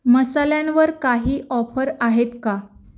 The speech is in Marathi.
मसाल्यांवर काही ऑफर आहेत का